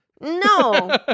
no